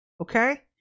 okay